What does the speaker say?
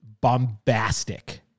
bombastic